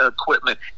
equipment